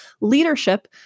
leadership